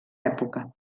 època